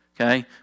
okay